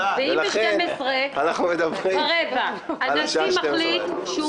ולכן אנחנו מדברים על השעה 24:00 בלילה.